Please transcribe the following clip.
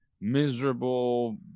miserable